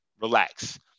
Relax